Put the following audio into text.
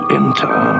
enter